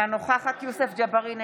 אינה נוכחת יוסף ג'בארין,